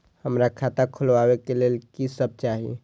हमरा खाता खोलावे के लेल की सब चाही?